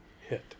hit